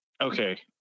okay